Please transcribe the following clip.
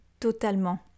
totalement